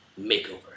Makeover